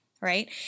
right